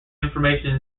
information